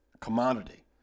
commodity